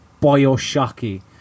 Bioshocky